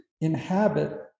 inhabit